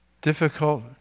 Difficult